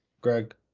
Greg